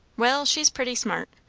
well, she's pretty smart.